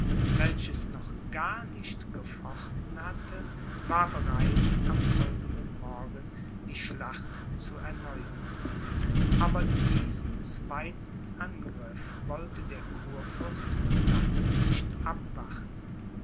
welches noch gar nicht gefochten hatte war bereit am folgenden morgen die schlacht zu erneuern aber diesen zweiten angriff wollte der kurfürst von sachsen nicht abwarten